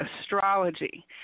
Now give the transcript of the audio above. Astrology